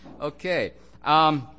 Okay